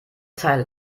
teil